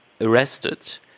arrested